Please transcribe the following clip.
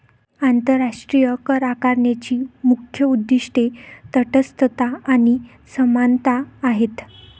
आंतरराष्ट्रीय करआकारणीची मुख्य उद्दीष्टे तटस्थता आणि समानता आहेत